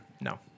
No